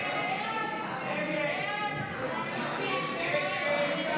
ההסתייגויות לסעיף 17